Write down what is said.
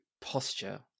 posture